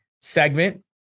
segment